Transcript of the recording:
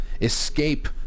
escape